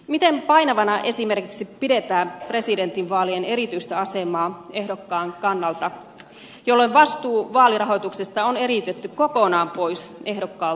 miten painavana esimerkiksi pidetään presidentinvaalien erityistä asemaa ehdokkaan kannalta jolloin vastuu vaalirahoituksesta on eriytetty kokonaan pois ehdokkaalta puolueelle